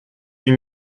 huit